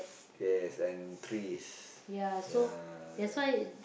yes and trees ya